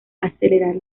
acelerar